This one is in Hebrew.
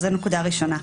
זו נקודה ראשונה.